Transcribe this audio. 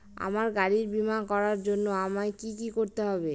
আমার গাড়ির বীমা করার জন্য আমায় কি কী করতে হবে?